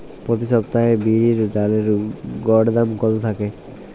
প্রতি সপ্তাহে বিরির ডালের গড় দাম কত থাকে?